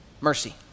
mercy